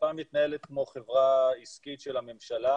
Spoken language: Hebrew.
לפ"מ מתנהלת כמו חברה עסקית של הממשלה,